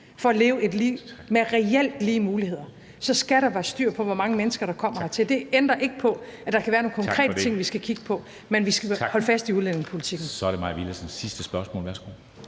for at leve et liv med reelt lige muligheder, så skal der være styr på, hvor mange mennesker der kommer hertil. Det ændrer ikke på, at der kan være nogle konkrete ting, vi skal kigge på, men vi skal holde fast i udlændingepolitikken. Kl. 13:42 Formanden (Henrik